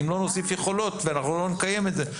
אם לא נוסיף יכולות ולא נקיים את זה,